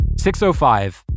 605